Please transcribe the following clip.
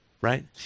Right